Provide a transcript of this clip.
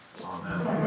Amen